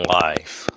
life